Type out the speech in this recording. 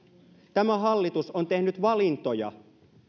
tämä hallitus on tehnyt valintoja